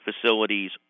facilities